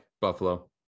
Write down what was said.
Buffalo